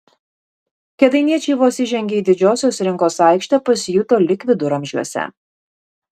kėdainiečiai vos įžengę į didžiosios rinkos aikštę pasijuto lyg viduramžiuose